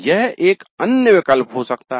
यह एक अन्य विकल्प हो सकता है